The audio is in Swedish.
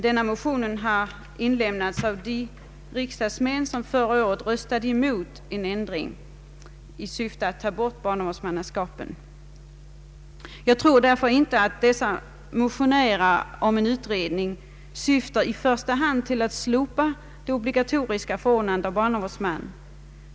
Denna motion har dock avlämnats av de riksdagsmän som förra året röstade emot en ändring i syfte att avskaffa barnavårdsmannaskapet. Jag tror därför att denna motion om en utredning inte i första hand syftar till att slopa det obligatoriska förordnandet av barnavårdsman.